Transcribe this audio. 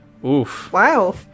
Wow